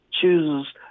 chooses